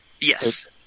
Yes